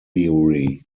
theory